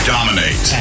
Dominate